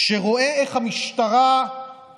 כשהוא רואה איך המשטרה פועלת